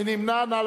מי נמנע?